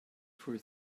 for